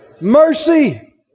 Mercy